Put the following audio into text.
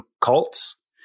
cults